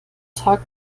tag